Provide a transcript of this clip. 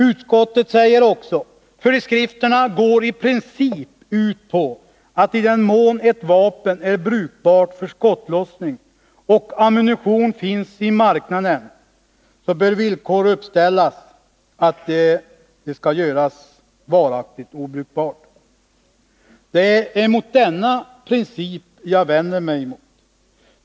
Utskottet säger också: ”Föreskrifterna går i princip ut på att i den mån ett vapen är brukbart för skottlossning och ammunition finns i marknaden villkor bör uppställas att det skall göras varaktigt obrukbart.” Det är mot denna princip jag vänder mig.